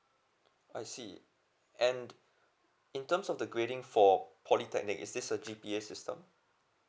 I see and in terms of the grading for polytechnic is this a G_P_A system